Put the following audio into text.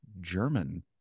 German